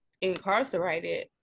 incarcerated